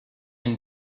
and